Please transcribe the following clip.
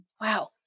Wow